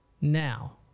Now